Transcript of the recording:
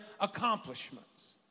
accomplishments